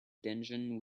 dungeon